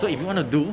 so if you want to do